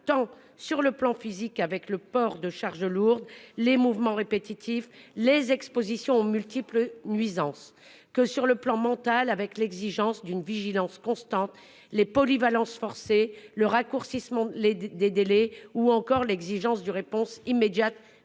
sur le plan tant physique, avec le port de charges lourdes, les mouvements répétitifs ou l'exposition à de multiples nuisances, que mental, avec l'exigence d'une vigilance constante, les polyvalences forcées, le raccourcissement des délais ou encore l'exigence d'une réponse immédiate